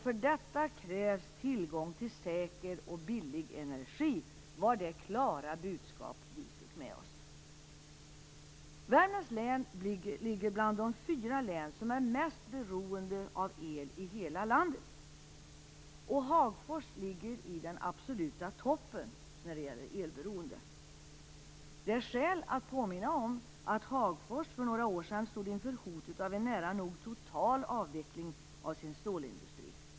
För detta krävs tillgång till säker och billig energi." Det var det klara budskap vi fick med oss. Värmlands län ligger bland de fyra län som är mest beroende av el i hela landet. Hagfors ligger i den absoluta toppen när det gäller elberoende. Det finns skäl att påminna om att Hagfors för några år sedan stod inför hotet om en nära nog total avveckling av sin stålindustri.